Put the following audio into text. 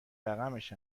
رقمش